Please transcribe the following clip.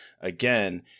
again